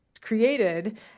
created